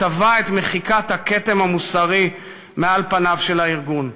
ותבע את מחיקת הכתם המוסרי מעל פניו של הארגון.